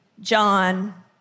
John